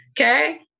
okay